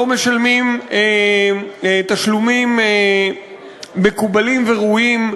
לא משלמים תשלומים מקובלים וראויים,